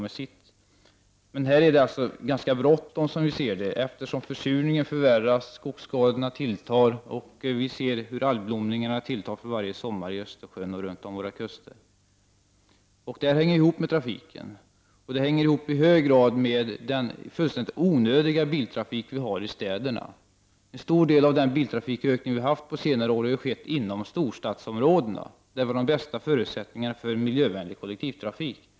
Vi anser emellertid att det är bråttom, eftersom försurningen förvärrats, skogsskadorna tilltar och algblomningarna tilltar för varje sommar i Östersjön och runt våra kuster. Detta hänger ihop med trafiken, och det hänger i hög grad ihop med den fullständigt onödiga biltrafiken i städerna. En stor del av biltrafikens ökning under senare år har skett inom storstadsområdena, där de bästa förutsättningarna för miljövänlig kollektivtrafik finns.